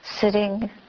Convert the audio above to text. sitting